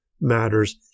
matters